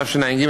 תשע"ג,